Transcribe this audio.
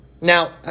Now